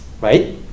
right